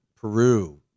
Peru